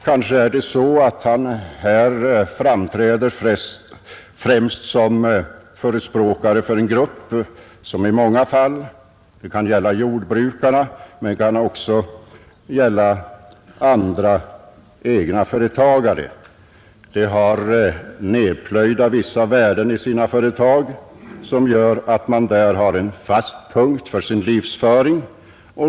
Kanske är det så att han här framträder främst som förespråkare för en grupp som i många fall — det kan gälla jordbrukare men också andra egna företagare — har vissa värden placerade i sina företag, vilket gör att de där har en fast punkt i sin livsföring.